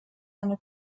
eine